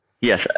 Yes